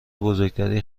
بزرگتری